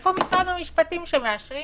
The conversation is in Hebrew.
איפה משרד המשפטים שמאשרים